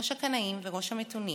ראש הקנאים וראש המתונים